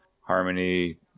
Harmony